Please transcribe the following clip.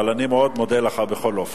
אבל אני מאוד מודה לך, בכל אופן.